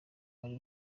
wari